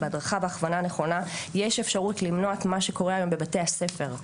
בהדרכה והכוונה נכונה יש אפשרות למנוע את מה שקורה היום בבתי הספר.